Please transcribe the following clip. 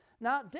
Now